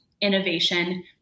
innovation